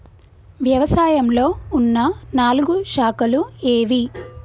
వ్యవసాయంలో ఉన్న నాలుగు శాఖలు ఏవి?